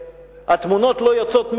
שכשהתמונות לא יוצאות מייד,